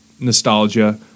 nostalgia